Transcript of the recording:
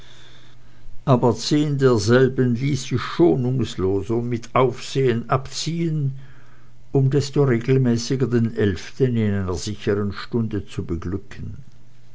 aber zehn derselben ließ sie schonungslos und mit aufsehen abziehen um desto regelmäßiger den elften in einer sicheren stunde zu beglücken